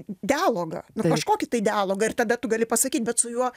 dialogą kažkokį tai dialogą ir tada tu gali pasakyt bet su juo